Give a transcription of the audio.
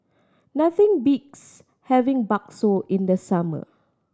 nothing beats having bakso in the summer